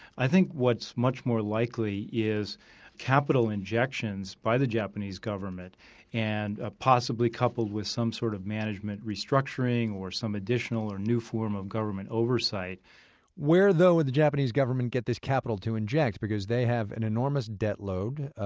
i think what's much more likely is capital injections by the japanese government and ah possibly coupled with some sort of management restructuring or some additional or new form of government oversight where, though, would the japanese government get this capital to inject because they have an enormous debt load?